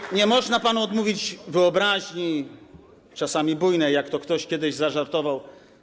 I nie można panu odmówić wyobraźni, czasami bujnej, jak to ktoś kiedyś zażartował.